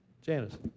Janice